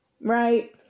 right